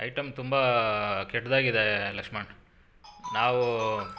item ತುಂಬ ಕೆಟ್ದಾಗಿದೆ ಲಕ್ಷ್ಮಣ್ ನಾವು